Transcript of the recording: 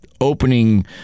opening